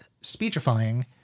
speechifying